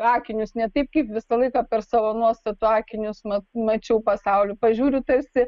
akinius ne taip kaip visą laiką per savo nuostatų akinius mat mačiau pasaulį pažiūriu tarsi